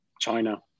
china